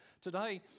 Today